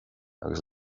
agus